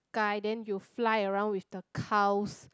sky then you fly around with the cows